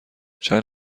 چند